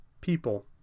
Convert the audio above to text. people